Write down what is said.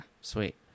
Sweet